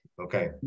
Okay